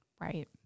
Right